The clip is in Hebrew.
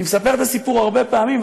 אני מספר את הסיפור הרבה פעמים,